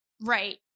right